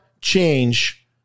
change